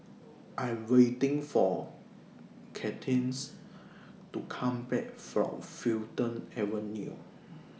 I Am waiting For Cadence to Come Back from Fulton Avenue